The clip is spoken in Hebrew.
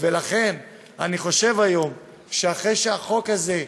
לכן אני חושב שהיום, אחרי שהחוק הזה יאושר,